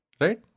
right